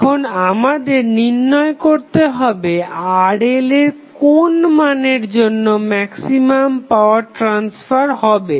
এখন আমাদের নির্ণয় করতে হবে RL এর কোন মানের জন্য ম্যাক্সিমাম পাওয়ার ট্রাসফার হবে